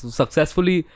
successfully